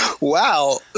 Wow